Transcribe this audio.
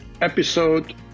episode